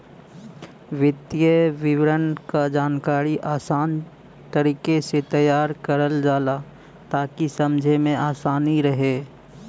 वित्तीय विवरण क जानकारी आसान तरीके से तैयार करल जाला ताकि समझे में आसानी रहे